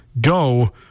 go